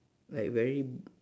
like very